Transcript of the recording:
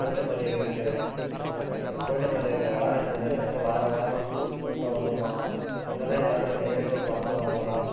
போச்சம்பள்ளியில் இருக்கிற போச்சம்பள்ளியில் இருக்கிற வாரச் சந்தையில் வந்து வாரம் வாரம் ஃபுல் கூட்டம் வருமாம் அங்கே தான் எல்லாரும் நிறையா பேர் வாங்குவாங்களாம்